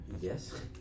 yes